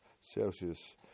Celsius